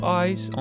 eyes